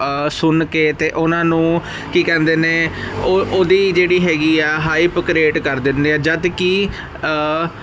ਸੁਣ ਕੇ ਅਤੇ ਉਹਨਾਂ ਨੂੰ ਕੀ ਕਹਿੰਦੇ ਨੇ ਓ ਉਹਦੀ ਜਿਹੜੀ ਹੈਗੀ ਆ ਹਾਈਪ ਕ੍ਰੀਏਟ ਕਰ ਦਿੰਦੇ ਆ ਜਦ ਕਿ